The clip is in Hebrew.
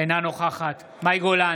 אינה נוכחת מאי גולן,